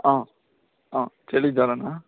ಹಾಂ ಹಾಂ ಚಳಿ ಜ್ವರನಾ